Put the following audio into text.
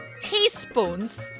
teaspoons